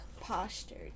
postured